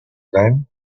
then